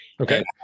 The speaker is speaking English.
Okay